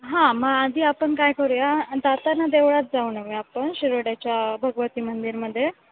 हां मग आधी आपण काय करूया जाताना देवळात जाऊन येऊया आपण शिरोड्याच्या भगवती मंदिरमध्ये